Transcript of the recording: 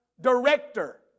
director